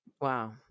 Wow